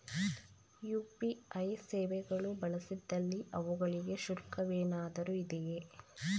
UPI ಸೇವೆಗಳು ಬಳಸಿದಲ್ಲಿ ಅವುಗಳಿಗೆ ಶುಲ್ಕವೇನಾದರೂ ಇದೆಯೇ?